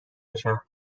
بشم